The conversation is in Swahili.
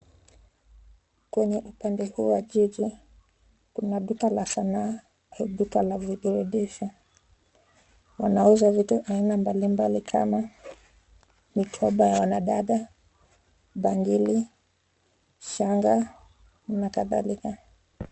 Kwenye upande huu wa jiji kuna duka la sanaa au duka la viburudisho. Wanauza vitu mbalimbali kama mikoba ya wanadada, bangili ,shanga na kadhalika .